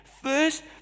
first